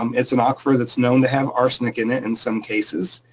um it's an aquifer that's known to have arsenic in it in some cases,